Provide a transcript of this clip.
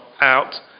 out